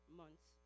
months